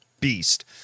beast